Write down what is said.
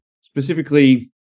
specifically